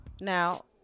Now